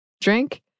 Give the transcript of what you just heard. drink